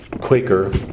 Quaker